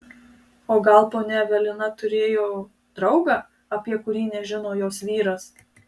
o gal ponia evelina turėjo draugą apie kurį nežino jos vyras